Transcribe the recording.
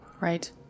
Right